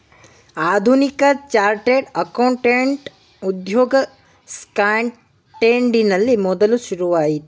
ಆಧುನಿಕ chartered accountant ಉದ್ಯೋಗ ಸ್ಕಾಟ್ಲೆಂಡಿನಲ್ಲಿ ಮೊದಲು ಶುರುವಾಯಿತು